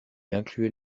incluait